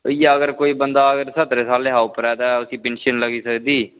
ते बंदा अगर कोई सत्तरें सालें कोला उप्पर ऐ ते उसी पेंशन लग्गी सकदी